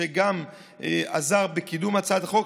שגם עזר בקידום הצעת החוק,